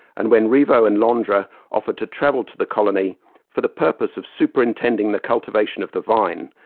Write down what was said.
and when riveau and l'andre offered to travel to the colony for the purpose of superintending the cultivation of the vine,